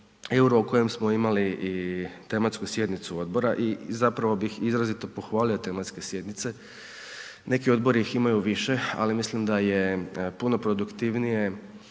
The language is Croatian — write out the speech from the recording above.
o kojem smo imali i tematsku sjednicu odbora i zapravo bih izrazito pohvalio tematske sjednice, neki odbori ih imaju više, ali mislim da je puno produktivnije